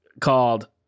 called